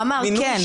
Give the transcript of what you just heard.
הוא אמר כן.